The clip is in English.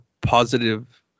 positive